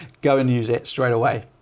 go and use it straight away.